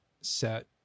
set